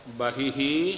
Bahihi